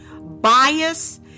bias